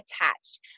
attached